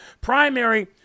primary